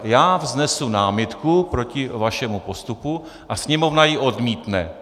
Já vznesu námitku proti vašemu postupu a Sněmovna ji odmítne.